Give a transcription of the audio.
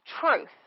truth